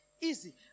Easy